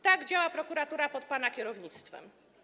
Tak działa prokuratura pod pana kierownictwem.